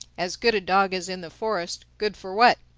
as good a dog as in the forest good for what?